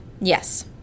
Yes